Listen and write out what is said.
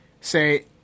say